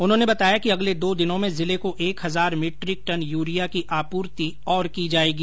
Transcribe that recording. उन्होंने बताया कि अगले दो दिनों में जिले को एक हजार मीट्रिक टन यूरिया की आपूर्ति और कर दी जायेगी